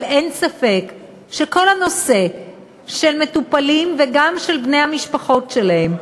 אבל אין ספק שכל הנושא של מטופלים וגם של בני המשפחות שלהם,